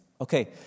Okay